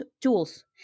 tools